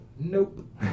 nope